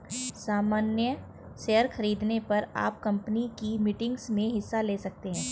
सामन्य शेयर खरीदने पर आप कम्पनी की मीटिंग्स में हिस्सा ले सकते हैं